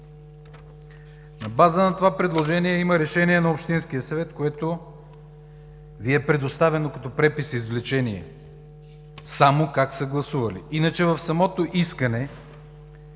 На база на това предложение има решение на общинския свет, което Ви е предоставено като препис-извлечение само как са гласували. Иначе в самото искане